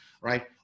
Right